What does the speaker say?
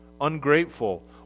ungrateful